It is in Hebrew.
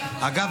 אגב,